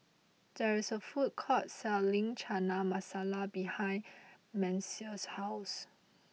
there is a food court selling Chana Masala behind Messiah's house